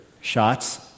shots